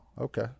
okay